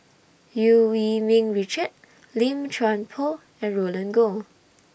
EU Yee Ming Richard Lim Chuan Poh and Roland Goh